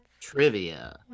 Trivia